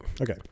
Okay